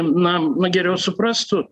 na na geriau suprastų